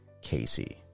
Casey